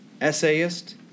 essayist